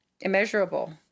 immeasurable